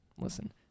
Listen